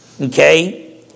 okay